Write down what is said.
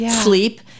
sleep